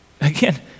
Again